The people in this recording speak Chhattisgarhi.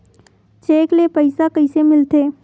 चेक ले पईसा कइसे मिलथे?